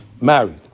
married